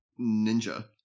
ninja